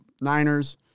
Niners